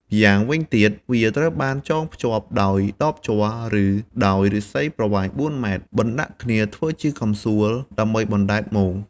ម្យ៉ាងវិញទៀត វាត្រូវបានចងភ្ជាប់ដោយដបជ័រ ឬដោយឬស្សីប្រវែង ៤ម៉ែត្រ បណ្តាក់គ្នាធ្វើជាកំសួលដើម្បីបណ្តែតមង។